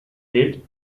did